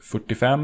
45